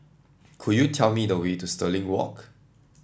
could you tell me the way to Stirling Walk